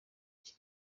iki